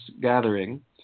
gathering